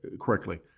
correctly